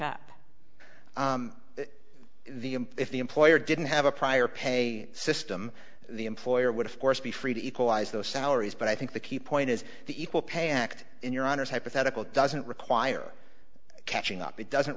up the if the employer didn't have a prior pay system the employer would of course be free to equalize those salaries but i think the key point is the equal pay act in your honour's hypothetical doesn't require catching up it doesn't